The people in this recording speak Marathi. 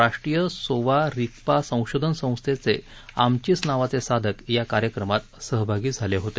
राष्ट्रीय सोवा रिगपा संशोधन संस्थेचे आमचीस नावाचे साधक या कार्यक्रमात सहभागी झाले होते